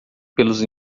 pelos